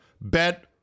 Bet